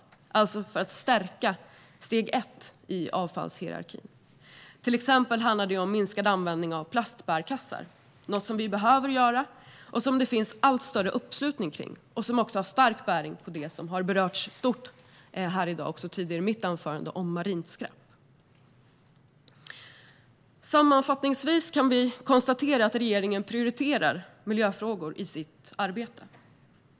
Det handlar alltså om att stärka steg ett i avfallshierarkin. Till exempel handlar det om minskad användning av plastbärkassar, något som vi behöver få till stånd och som det finns allt större uppslutning kring. Detta har också stark bäring på det som har berörts en hel del här i dag, även tidigare i mitt anförande, om marint skräp. Sammanfattningsvis kan vi konstatera att regeringen prioriterar miljöfrågor i sitt arbete.